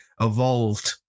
evolved